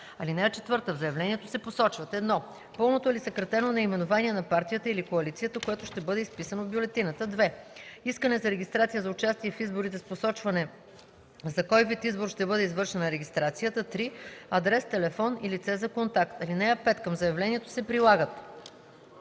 лица. (4) В заявлението се посочват: 1. пълното или съкратено наименование на партията или коалицията, което ще бъде изписано в бюлетината; 2. искане за регистрация за участие в изборите с посочване за кой вид избор да бъде извършена регистрацията; 3. адрес, телефон и лице за контакт. (5) Към заявлението се прилагат: